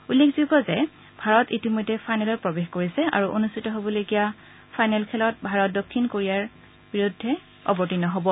উল্লেখযোগ্য যে ভাৰত ইতিমধ্যে ফাইনেলত প্ৰৱেশ কৰিছে আৰু অনুষ্ঠিত হ'বলগীয়া ফাইনেল খেলত ভাৰত দক্ষিণ কোৰিয়াৰ মুখামুখি হ'ব